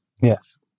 Yes